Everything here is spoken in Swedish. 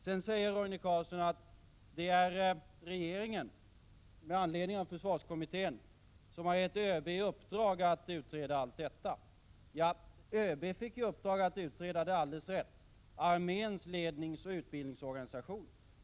Sedan säger Roine Carlsson att det är regeringen som med anledning av försvarskommitténs betänkande har gett ÖB i uppdrag att utreda allt detta. Ja, att ÖB fick i uppdrag att utreda är alldeles rätt — att utreda arméns ledningsoch utbildningsorganisation.